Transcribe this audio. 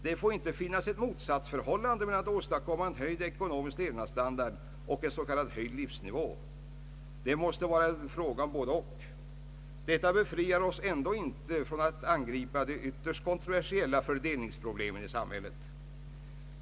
Det får inte finnas ett motsatsförhållande mellan att åstadkomma en höjd ekonomisk levnadsstandard och en s.k. höjd livsnivå. Det måste vara en fråga om bådeoch. Detta befriar oss ändå inte från att angripa de ytterst kontroversiella fördelningsproblemen i samhället.